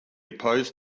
opposed